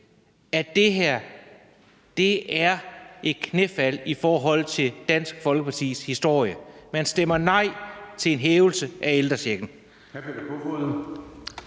at det her er et knæfald i forhold til Dansk Folkepartis historie? Man stemmer nej til en hævelse af ældrechecken.